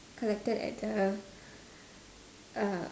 collected at the uh